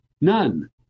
None